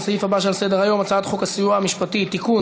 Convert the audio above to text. לסעיף הבא שעל סדר-היום: הצעת חוק הסיוע המשפטי (תיקון,